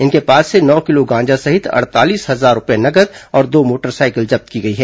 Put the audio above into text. इनके पास से नौ किलो गांजा सहित अड़तालीस हजार रूपये नगद और दो मोटरसाइकिल जब्त की गई है